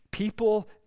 People